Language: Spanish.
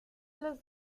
los